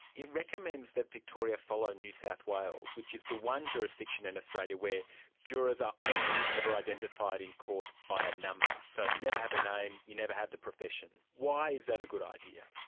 it recommends that victoria follow new south wales, which is the one jurisdiction in australia where jurors are only ever identified in court by a number. so you never have the name, you never have the profession. why is that a good idea?